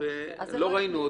ולא ראינו עוד